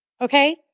Okay